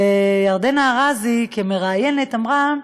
וירדנה ארזי כמראיינת אמרה: